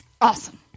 awesome